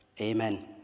Amen